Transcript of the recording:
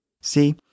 See